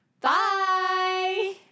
bye